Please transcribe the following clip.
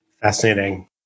Fascinating